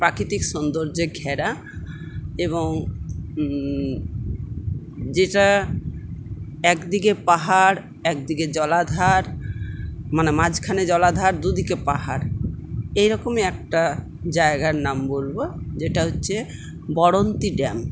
প্রাকৃতিক সৌন্দর্য্যে ঘেরা এবং যেটা একদিকে পাহাড় একদিকে জলাধার মানে মাঝখানে জলাধার দুদিকে পাহাড় এই রকমই একটা জায়গার নাম বলব যেটা হচ্ছে বড়ন্তি ড্যাম